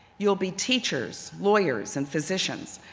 you will be teachers, lawyers, and physicians.